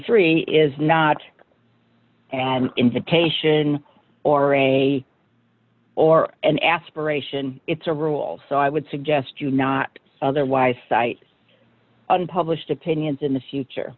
three is not an invitation or a or an aspiration it's a rule so i would suggest you not otherwise cite unpublished opinions in the future